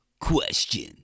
Question